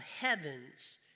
heavens